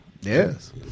Yes